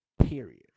period